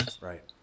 Right